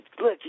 Look